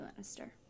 lannister